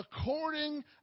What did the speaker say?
According